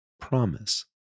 promise